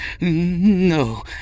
No